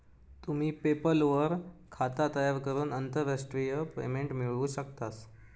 तुम्ही पेपल वर खाता तयार करून आंतरराष्ट्रीय पेमेंट मिळवू शकतास